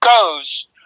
goes